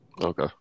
Okay